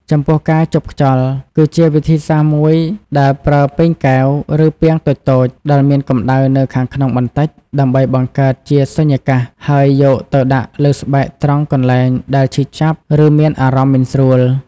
ចំពោះការជប់ខ្យល់ គឺជាវិធីសាស្ត្រមួយដែលប្រើពែងកែវ ឬពាងតូចៗដែលមានកម្ដៅនៅខាងក្នុងបន្តិច ដើម្បីបង្កើតជាសុញ្ញាកាស ហើយយកទៅដាក់លើស្បែកត្រង់កន្លែងដែលឈឺចាប់ ឬមានអារម្មណ៍មិនស្រួល។